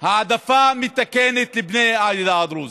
העדפה מתקנת לבני העדה הדרוזית.